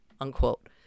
unquote